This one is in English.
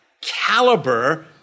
caliber